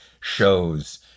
Shows